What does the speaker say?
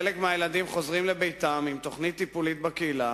חלק מהילדים חוזרים לביתם עם תוכנית טיפולית בקהילה,